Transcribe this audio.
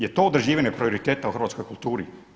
Jel' to određivanje prioriteta u hrvatskoj kulturi?